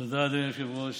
תודה, אדוני היושב-ראש.